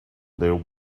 their